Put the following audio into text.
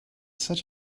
such